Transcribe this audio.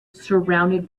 surrounded